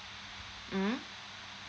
mm